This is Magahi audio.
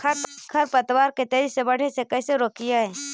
खर पतवार के तेजी से बढ़े से कैसे रोकिअइ?